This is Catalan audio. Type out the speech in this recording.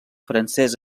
francès